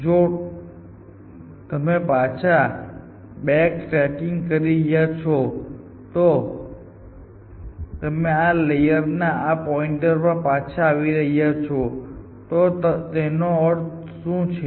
તો જો તમે પાછા બેક્ટ્રેકીંગ કરી રહ્યા છો અને તમે આ લેયરના આ પોઇન્ટ પર પાછા આવી રહ્યા છો તો તેનો અર્થ શું છે